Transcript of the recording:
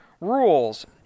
rules